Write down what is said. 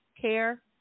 care